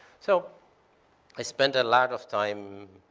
so i spent a lot of time